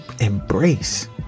embrace